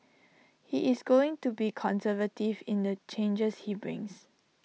he is going to be conservative in the changes he brings